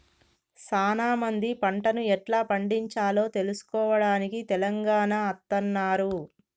సానా మంది పంటను ఎట్లా పండిచాలో తెలుసుకోవడానికి తెలంగాణ అత్తన్నారు